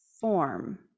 form